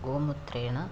गोमूत्रेण